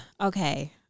Okay